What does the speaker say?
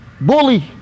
Bully